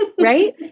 Right